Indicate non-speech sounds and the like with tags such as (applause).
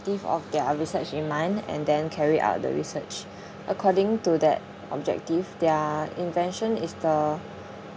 of their research in mind and then carry out the research (breath) according to that objective their invention is the